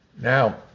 Now